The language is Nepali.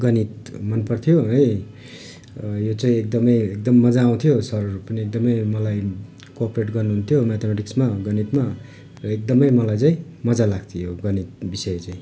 गणित मन पर्थ्यो है यो चाहिँ एकदमै एकदम मजा आउँथ्यो सरहरू पनि एकदमै मलाई कोअपरेट गर्नुहुन्थ्यो मेथामेटिक्समा गणितमा र एकदमै मलाई चाहिँ मजा लाग्थ्यो यो गणित विषय चाहिँ